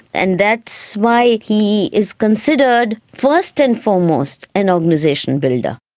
and that's why he is considered first and foremost an organisation builder.